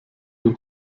den